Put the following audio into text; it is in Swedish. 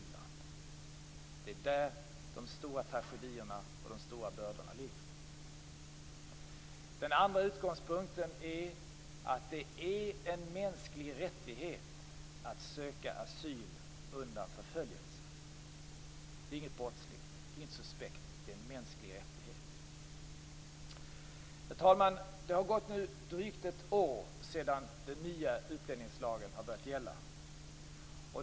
Det är där de stora tragedierna och de stora bördorna ligger. Den andra utgångspunkten är att det är en mänsklig rättighet att söka asyl undan förföljelse. Det är inget brottsligt, inget suspekt; det är en mänsklig rättighet. Det har nu gått drygt ett år sedan den nya utlänningslagen började gälla.